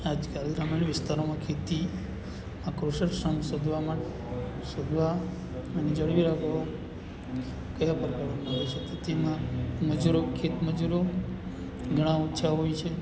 આજકાલ રમણીય વિસ્તારોમાં ખેતી આ ક્રોશન શોધવા માટે શોધવા આને જાળવી રાખો કયા પ્રકારોમાં હવે સે તિથિમાં મજૂરો ખેત મજૂરો ઘણાં ઓછાં હોય છે